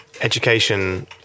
education